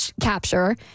capture